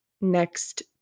next